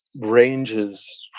ranges